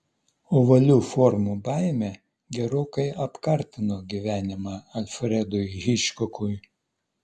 ovalių formų baimė gerokai apkartino gyvenimą alfredui hičkokui